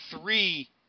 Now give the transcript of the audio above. three